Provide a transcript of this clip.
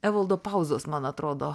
evaldo pauzos man atrodo